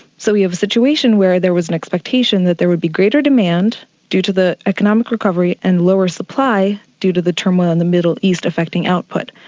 so we have a situation where there was an expectation that there would be greater demand due to the economic recovery and lower supply due to the turmoil in the middle east affecting output.